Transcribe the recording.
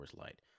Light